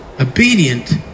obedient